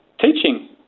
teaching